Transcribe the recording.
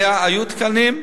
היו תקנים.